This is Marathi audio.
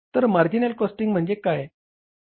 तर मार्जिनल कॉस्टिंग म्हणजे काय आहे